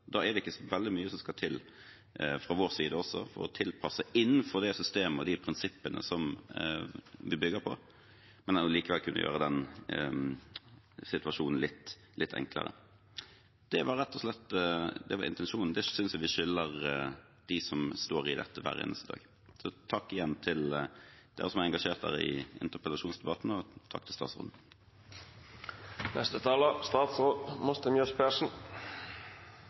Da er det ikke så veldig mye som skal til fra vår side for å tilpasse, innenfor det systemet og de prinsippene som vi bygger på, men likevel kunne gjøre situasjonen litt enklere. Det var rett og slett intensjonen. Det synes jeg vi skylder dem som står i dette hver eneste dag. Takk igjen til den som har engasjert seg i interpellasjonsdebatten, og takk til statsråden.